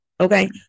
okay